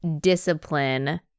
discipline